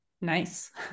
Nice